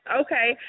okay